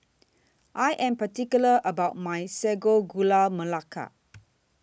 I Am particular about My Sago Gula Melaka